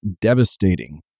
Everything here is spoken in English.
devastating